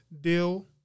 dill